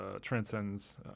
transcends